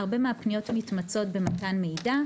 רוב הפניות נגמרות במתן מידע.